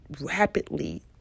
rapidly